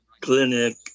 Clinic